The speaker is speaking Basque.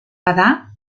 bada